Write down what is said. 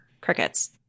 Crickets